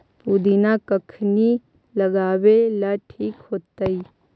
पुदिना कखिनी लगावेला ठिक होतइ?